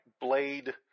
blade